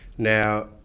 Now